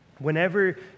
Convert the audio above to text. whenever